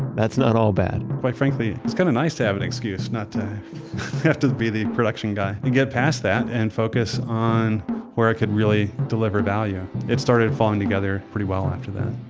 that's not all bad quite frankly, it's kinda nice to have an excuse not to have to be the production guy. you get past that and focus on where i could really deliver value. it started falling together pretty well after that